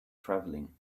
traveling